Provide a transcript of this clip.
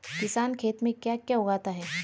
किसान खेत में क्या क्या उगाता है?